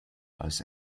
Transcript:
als